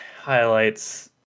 Highlights